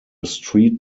street